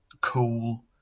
cool